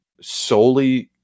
solely